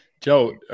Joe